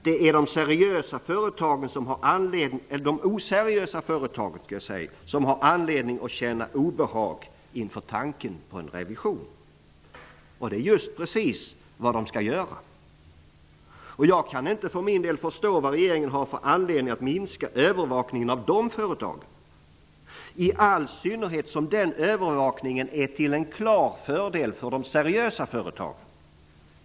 Det är de oseriösa företagen som har anledning att känna obehag inför tanken på en revision. Det är just precis vad de skall göra. Jag kan inte förstå vad regeringen har för anledning att minska övervakningen av dessa företag, i all synnerhet som denna övervakning är till en klar fördel för de seriösa företagen.